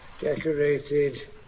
Decorated